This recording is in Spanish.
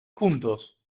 juntos